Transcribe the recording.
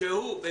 אנחנו בעד.